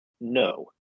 no